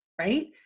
Right